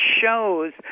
shows